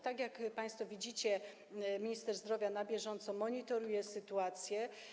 Tak jak państwo widzicie, minister zdrowia na bieżąco monitoruje sytuację.